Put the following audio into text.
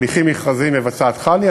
הליכים מכרזיים מבצעת חנ"י,